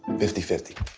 fifty fifty